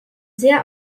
sehr